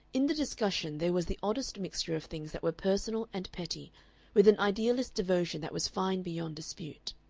in the discussion there was the oddest mixture of things that were personal and petty with an idealist devotion that was fine beyond dispute.